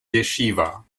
yeshiva